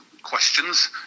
questions